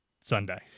Sunday